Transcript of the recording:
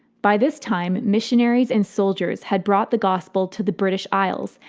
by this time missionaries and soldiers had brought the gospel to the british isles,